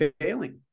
failing